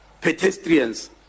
pedestrians